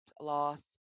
loss